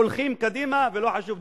הולכים קדימה, ולא חשוב.